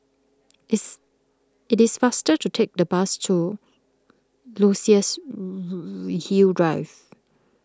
it's it is faster to take the bus to Luxus Hill Drive